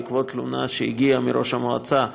בעקבות תלונה שהגיעה מראש המועצה,